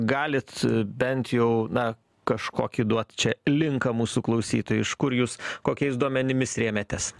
galit bent jau na kažkokį duot čia linką mūsų klausytojui iš kur jūs kokiais duomenimis rėmėtės